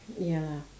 ya lah